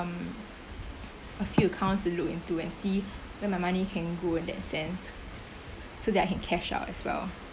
um a few accounts to look into and see where my money can go in that sense so that I can cash out as well